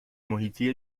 محیطی